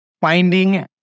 finding